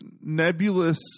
nebulous